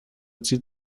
zieht